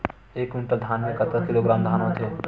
एक कुंटल धान में कतका किलोग्राम धान होथे?